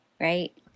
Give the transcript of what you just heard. right